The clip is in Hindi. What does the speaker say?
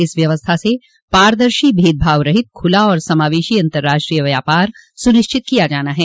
इस व्यवस्था से पारदर्शी भेदभाव रहित खुला और समावेशी अंतरराष्ट्रीय व्यापार सुनिश्चित किया जाना है